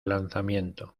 lanzamiento